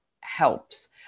helps